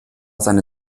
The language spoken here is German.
seine